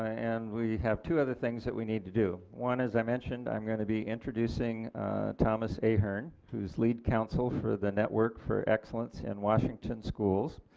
and we have two other things that we need to do. one as i mentioned i am going to be introducing thomas ahearne who is lead counsel for the network for excellence in washington schools,